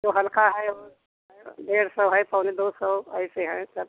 जो हल्का है वह डेढ़ सौ है पौने दो सौ ऐसे हैं सब